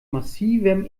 massivem